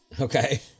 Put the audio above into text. Okay